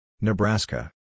Nebraska